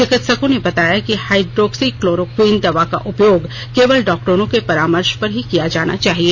चिकित्सकों ने बताया कि हाइड्रोक्सीक्लोरोक्वीन दवा का उपयोग केवल डॉक्टरों के परामर्ष पर ही किया जाना है